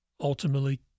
ultimately